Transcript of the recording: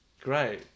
Great